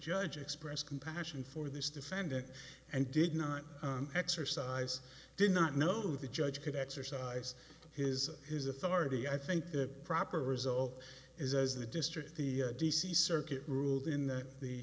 judge expressed compassion for this defendant and did not exercise did not know the judge could exercise his his authority i think the proper result is as the district the d c circuit ruled in the